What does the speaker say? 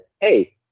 hey –